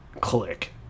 click